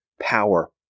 power